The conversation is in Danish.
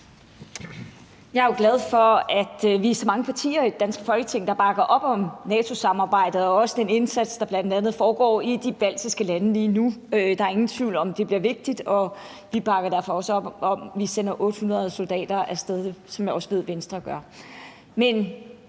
Jeg er jo glad for, at vi er så mange partier i det danske Folketing, der bakker op om NATO-samarbejdet og den indsats, der bl.a. foregår i de baltiske lande lige nu. Der er ingen tvivl om, at det er vigtigt, og vi bakker derfor også op om, at vi sender 800 soldater af sted, hvilket jeg også ved at Venstre gør.